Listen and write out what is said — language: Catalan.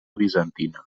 bizantina